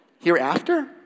Hereafter